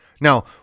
Now